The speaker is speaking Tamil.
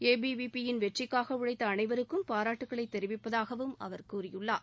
ஏபிவிபி யின் வெற்றிக்காக உழைத்த அனைவருக்கும் பாராட்டுகளை தெரிவிப்பதாகவும் அவர் கூறியுள்ளார்